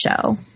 show